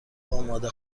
آماده